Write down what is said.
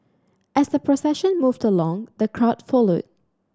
as the procession moved along the crowd followed